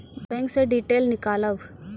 Bank से detail नीकालव?